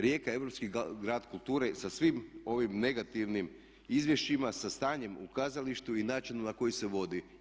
Rijeka je europski grad kulture sa svim ovim negativnim izvješćima, sa stanjem u kazalištu i načinu na koji se vodi.